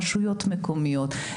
רשויות מקומיות,